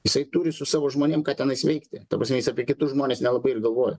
jisai turi su savo žmonėm ką tenais veikti ta prasme jis apie kitus žmones nelabai ir galvoja